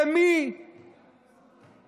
ומי